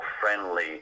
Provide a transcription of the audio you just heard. friendly